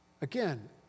Again